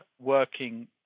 working